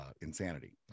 insanity